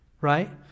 right